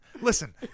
listen